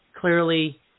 Clearly